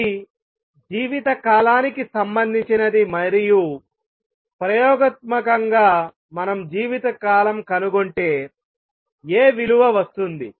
ఇది జీవితకాలానికి సంబంధించినది మరియు ప్రయోగాత్మకంగా మనం జీవితకాలం కనుగొంటే A విలువ వస్తుంది